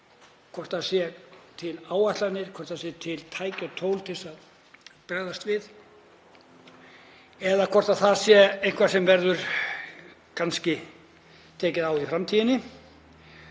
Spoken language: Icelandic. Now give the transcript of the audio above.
hvort það séu til áætlanir, hvort til séu tæki og tól til að bregðast við eða hvort það sé eitthvað sem verður kannski tekið á í framtíðinni.